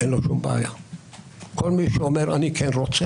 אין לו שום בעיה; כל מי שאומר: אני כן רוצה,